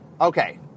Okay